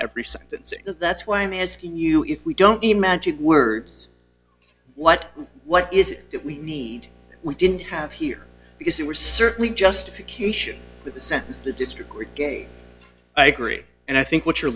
and that's why i'm asking you if we don't the magic words what what is it that we need we didn't have here because there were certainly justification for the sentence the district regain i agree and i think what you're